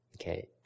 Okay